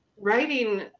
writing